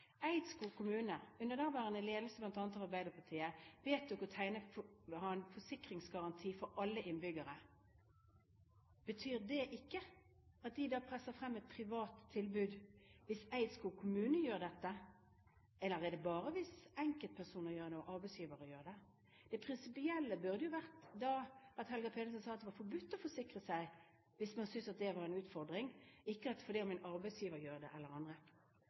Eidskog kommune, under daværende ledelse av bl.a. Arbeiderpartiet, vedtok å ha en forsikringsgaranti for alle innbyggerne. Betyr ikke det at de da presser frem et privat tilbud, hvis Eidskog kommune gjør dette, eller er det slik bare hvis enkeltpersoner og arbeidsgivere gjør det? Det prinsipielle burde jo vært at Helga Pedersen da sa at det er forbudt å forsikre seg hvis man synes at det er en utfordring, ikke fordi en arbeidsgiver eller andre gjør det.